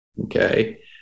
Okay